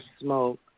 smoke